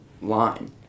line